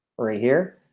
right here.